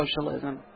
socialism